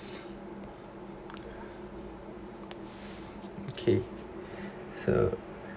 okay so